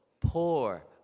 poor